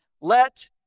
let